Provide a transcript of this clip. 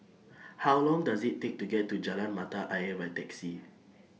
How Long Does IT Take to get to Jalan Mata Ayer By Taxi